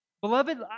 Beloved